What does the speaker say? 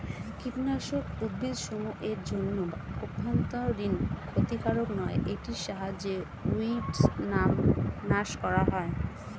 কীটনাশক উদ্ভিদসমূহ এর জন্য অভ্যন্তরীন ক্ষতিকারক নয় এটির সাহায্যে উইড্স নাস করা হয়